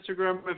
Instagram